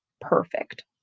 perfect